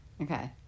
Okay